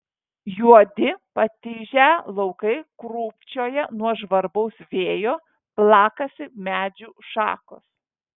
juodi patižę laukai krūpčioja nuo žvarbaus vėjo plakasi medžių šakos